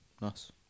Nice